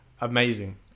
amazing